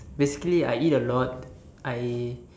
basically I eat a lot I